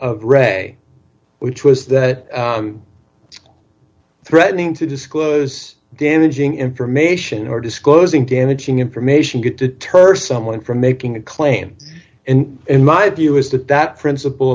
of ray which was that threatening to disclose damaging information or disclosing damaging information get deterred someone from making a claim and in my view is that that princip